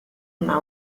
una